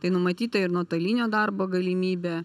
tai numatyta ir nuotolinio darbo galimybė